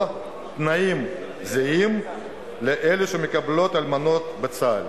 תנאים זהים לאלה שמקבלות אלמנות צה"ל.